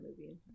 movie